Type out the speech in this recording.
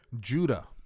Judah